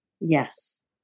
Yes